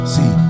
See